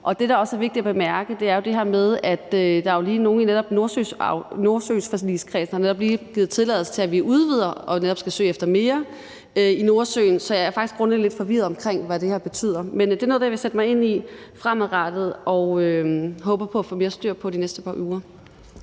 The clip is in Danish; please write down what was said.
Og det, der også er vigtigt at bemærke, er det her med, at Nordsøforligskredsen jo netop lige har givet tilladelse til, at vi udvider og netop skal søge efter mere i Nordsøen. Så jeg er faktisk grundlæggende lidt forvirret omkring, hvad det her betyder. Men det er noget af det, jeg vil sætte mig ind i fremadrettet og håber at få mere styr på de næste par uger.